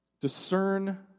discern